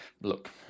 look